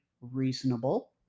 reasonable